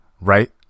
right